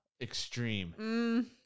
extreme